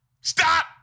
Stop